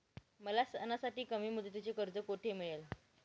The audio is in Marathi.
मला सणासाठी कमी मुदतीचे कर्ज कोठे मिळेल?